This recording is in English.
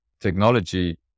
technology